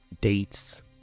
dates